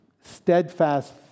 steadfast